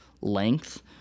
length